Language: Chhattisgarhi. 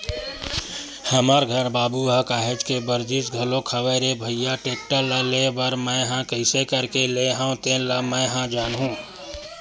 हमर घर बाबू ह काहेच के बरजिस घलोक हवय रे भइया टेक्टर ल लेय बर मैय ह कइसे करके लेय हव तेन ल मैय ह जानहूँ